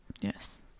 Yes